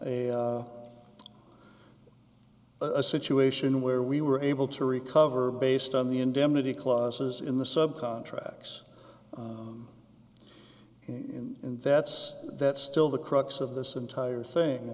have a a situation where we were able to recover based on the indemnity clauses in the sub contracts and that's that's still the crux of this entire thing i